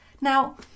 Now